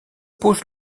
pose